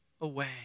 away